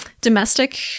domestic